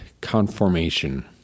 conformation